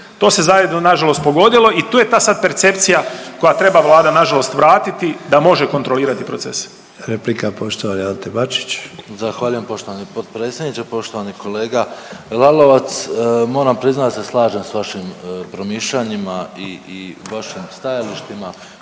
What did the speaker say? to se zajedno nažalost pogodilo i tu je ta sad percepcija koju treba Vlada nažalost vratiti da može kontrolirati procese. **Sanader, Ante (HDZ)** Replika, poštovani Ante Bačić. **Bačić, Ante (HDZ)** Zahvaljujem poštovani potpredsjedniče, poštovani kolega Lalovac. Moram priznati da se slažem s vašim promišljanjima i vašim stajalištima